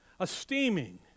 Esteeming